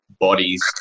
bodies